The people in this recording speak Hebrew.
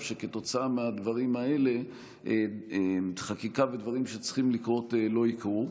שכתוצאה מהדברים האלה חקיקה ודברים שצריכים לקרות לא יקרו.